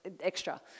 extra